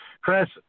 Chris